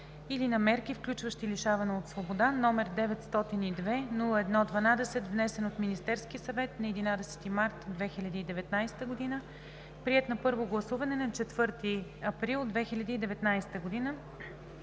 или на мерки, включващи лишаване от свобода, № 902-01-12, внесен от Министерския съвет на 11 март 2019 г., приет на първо гласуване на 4 април 2019 г.